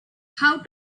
how